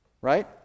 Right